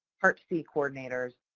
part c coordinators,